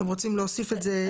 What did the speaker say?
אתם רוצים להוסיף את זה גם פה?